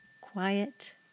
quiet